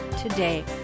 today